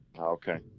okay